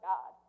God